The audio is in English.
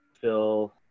Phil